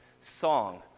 song